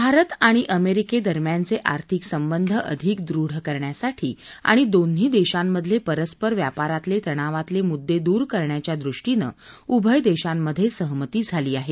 भारत आणि अमेरिके दरम्यानचे आर्थिक संबंध अधिक दृढ करण्यासाठी आणि दोन्ही देशांमधले परस्पर व्यापारातले तणावातले मुद्दे दूर करण्याच्या दृष्टीनं उभय देशांमध्ये सहमती झाली आहे